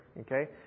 Okay